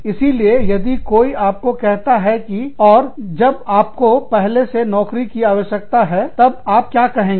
इसीलिए यदि कोई आपको कहता है कि और जब आपको पहले से नौकरी की आवश्यकता है तब आप क्या कहेंगे